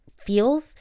feels